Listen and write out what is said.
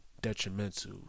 detrimental